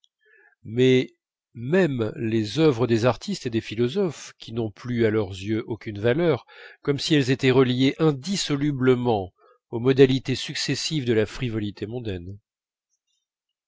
mais même les œuvres des artistes et des philosophes qui n'ont plus à leurs yeux aucune valeur comme si elles étaient reliées indissolublement aux modalités successives de la frivolité mondaine